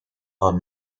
are